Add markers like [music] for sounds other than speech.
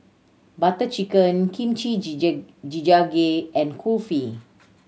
Butter Chicken Kimchi [unintelligible] Jjigae and Kulfi